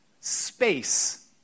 space